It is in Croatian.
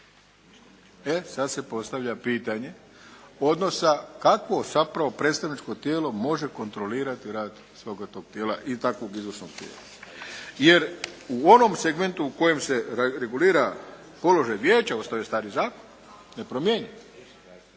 E sad se postavlja pitanja odnosa kako zapravo predstavničko tijelo može kontrolirati rad svoga tog tijela i takvog izvršnog tijela. Jer u onom segmentu u kojem se regulira položaj vijeća ostaje stari zakon, nepromijenjen.